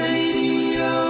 Radio